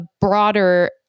broader